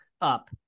up